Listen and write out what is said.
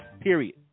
Period